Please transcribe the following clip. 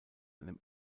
einem